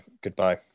Goodbye